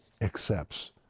accepts